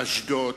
אשדוד,